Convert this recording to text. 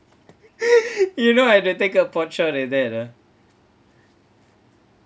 you know I had to take a shot like that ah